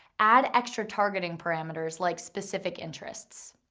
add extra targeting parameters like specific interests.